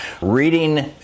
reading